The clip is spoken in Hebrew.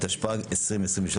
התשפ"ג-2023.